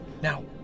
Now